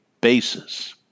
basis